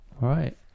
Right